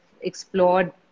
Explored